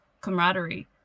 camaraderie